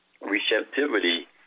receptivity